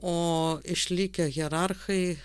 o išlikę hierarchai